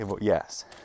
Yes